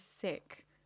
sick